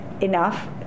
enough